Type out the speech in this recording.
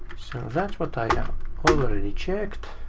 that's what i ah already checked.